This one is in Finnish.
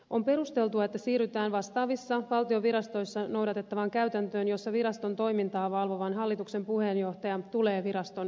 on perusteltua että siirrytään vastaavissa valtion virastoissa noudatettavaan käytäntöön jossa viraston toimintaa valvovan hallituksen puheenjohtaja tulee viraston ulkopuolelta